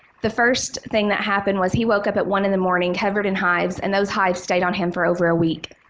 the first thing that happen was he woke up at one zero in the morning covered in hives and those hives stayed on him for over a week.